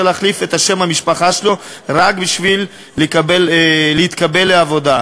להחליף את שם המשפחה שלו רק בשביל להתקבל לעבודה.